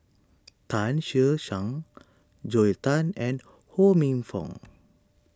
Tan Che Sang Joel Tan and Ho Minfong